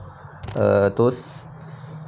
uh those